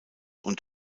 und